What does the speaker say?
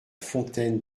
fontaine